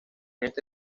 esta